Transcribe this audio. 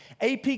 AP